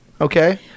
Okay